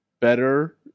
better